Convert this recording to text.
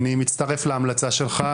אני מצטרף להמלצה שלך,